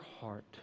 heart